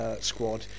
squad